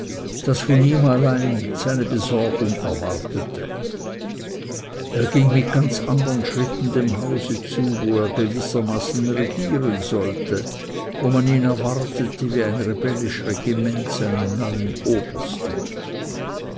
das von ihm allein seine besorgung erwartete er ging mit ganz andern schritten dem hause zu wo er gewissermaßen regieren sollte wo man ihn erwartete wie ein rebellisch regiment seinen neuen obersten